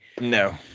No